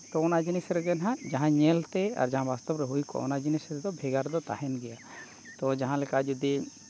ᱛᱚ ᱚᱱᱟ ᱡᱤᱱᱤᱥ ᱨᱮᱜᱮ ᱱᱟᱦᱟᱜ ᱡᱟᱦᱟᱸ ᱧᱮᱞᱛᱮ ᱟᱨ ᱡᱟᱦᱟᱸ ᱵᱟᱥᱛᱚᱵ ᱨᱮ ᱦᱩᱭ ᱠᱚᱜᱼᱟ ᱚᱱᱟ ᱡᱤᱱᱤᱥ ᱨᱮᱫᱚ ᱵᱷᱮᱜᱟᱨ ᱫᱚ ᱛᱟᱦᱮᱱ ᱜᱮᱭᱟ ᱛᱚ ᱡᱟᱦᱟᱸ ᱞᱮᱠᱟ ᱡᱩᱫᱤ